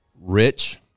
Rich